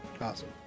awesome